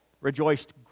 rejoiced